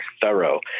thorough